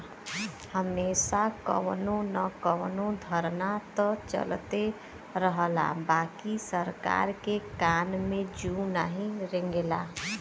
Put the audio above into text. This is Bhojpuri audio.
हमेशा कउनो न कउनो धरना त चलते रहला बाकि सरकार के कान में जू नाही रेंगला